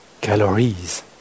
calories